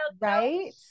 Right